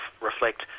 reflect